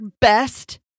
best